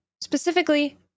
Specifically